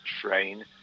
train